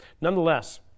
nonetheless